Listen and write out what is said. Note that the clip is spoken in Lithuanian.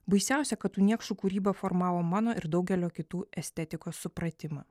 baisiausia kad tų niekšų kūryba formavo mano ir daugelio kitų estetikos supratimą